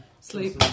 Sleep